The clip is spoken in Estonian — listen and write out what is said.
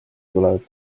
tulevad